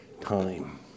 time